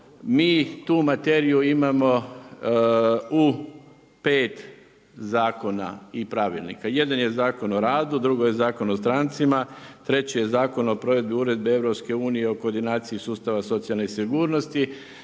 mi tu materiju imamo u 5 zakona i pravilnika. Jedan je Zakon o radu, drugo je Zakon o strancima, treći je Zakon o provedbi Uredbe EU o koordinaciji sustava socijalne sigurnosti,